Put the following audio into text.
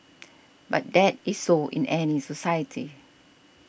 but that is so in any society